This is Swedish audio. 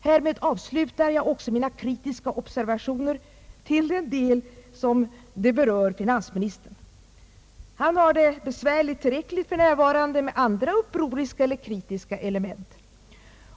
Härmed avslutar jag också mina kritiska observationer till den del som de berör finansministern. Han har det besvärligt tillräckligt för närvarande med andra upproriska eller kritiska element.